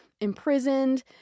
imprisoned